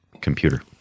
computer